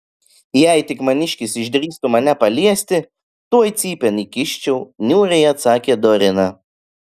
jei tik maniškis išdrįstų mane paliesti tuoj cypėn įkiščiau niūriai atsakė dorina